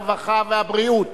הרווחה והבריאות